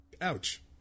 Ouch